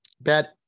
Bet